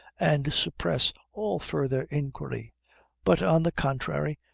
and suppress all further inquiry but, on the contrary,